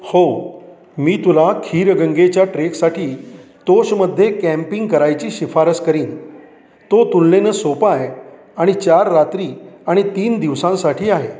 हो मी तुला खीरगंगेच्या ट्रेकसाठी तोषमध्ये कॅम्पिंग करायची शिफारस करीन तो तुलनेनं सोपा आहे आणि चार रात्री आणि तीन दिवसांसाठी आहे